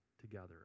together